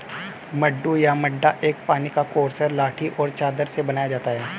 मड्डू या मड्डा एक पानी का कोर्स है लाठी और चादर से बनाया जाता है